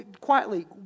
Quietly